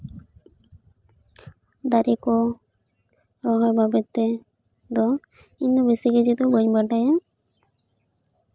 ᱫᱟᱨᱮ ᱠᱚ ᱨᱚᱦᱚᱭ ᱞᱟᱹᱜᱤᱫ ᱛᱮᱫᱚ ᱤᱧ ᱵᱤᱥᱤ ᱠᱤᱪᱷᱩ ᱫᱚ ᱵᱟᱹᱧ ᱵᱟᱰᱟᱭᱟ